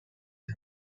sun